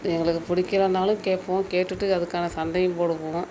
எங்களுக்கு பிடிக்கலனாலும் கேட்போம் கேட்டுவிட்டு அதுக்கான சண்டையும் போடுவோம்